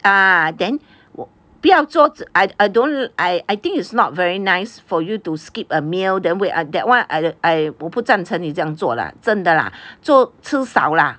ah then 不要坐着 I I don't I I think is not very nice for you to skip a meal then wait that one I I 我不赞成你这样做了真的的了做吃少啦